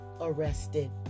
arrested